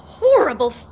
horrible